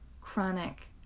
chronic